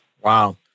Wow